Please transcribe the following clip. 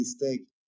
mistake